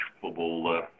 football